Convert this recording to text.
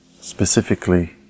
specifically